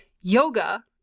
Yoga